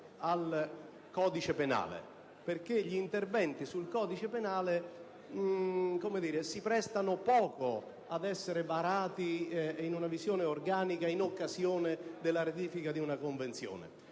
al codice penale, perché gli interventi sul codice penale difficilmente possono essere varati in una visione organica in occasione della ratifica di una convenzione.